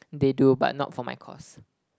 they do but not for my course